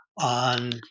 on